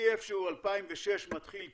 מאיפשהו 2006 מתחיל קצת,